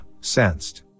sensed